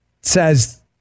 says